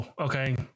okay